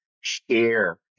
share